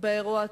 באירוע עצמו,